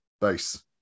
base